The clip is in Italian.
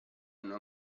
hanno